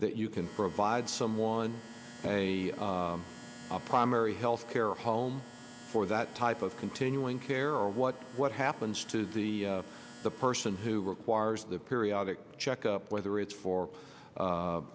that you can provide someone a primary health care home for that type of continuing care or what what happens to the the person who requires the periodic checkup whether it's for